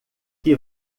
que